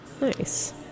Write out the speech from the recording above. nice